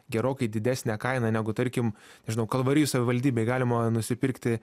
gerokai didesnę kainą negu tarkim nežinau kalvarijų savivaldybėj galima nusipirkti